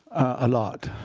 a lot.